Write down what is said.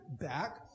back